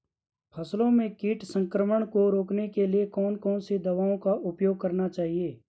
फसलों में कीट संक्रमण को रोकने के लिए कौन कौन सी दवाओं का उपयोग करना चाहिए?